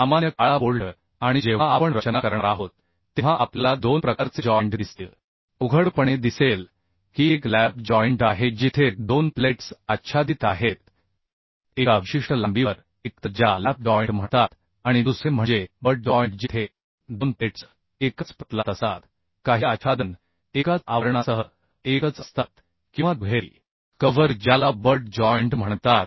सामान्य काळा बोल्ट आणि जेव्हा आपण रचना करणार आहोत तेव्हा आपल्याला दोन प्रकारचे जॉइंट दिसतील उघडपणे दिसेल की एक लॅप जॉइंट आहे जिथे दोन प्लेट्स आच्छादित आहेत एका विशिष्ट लांबीवर एकत्र ज्याला लॅप जॉइंट म्हणतात आणि दुसरे म्हणजे बट जॉइंट जेथे दोन प्लेट्स एकाच प्रतलात असतात काही आच्छादन एकाच आवरणासह एकच असतात किंवा दुहेरी कव्हर ज्याला बट जॉइंट म्हणतात